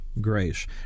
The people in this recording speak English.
grace